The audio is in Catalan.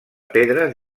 pedres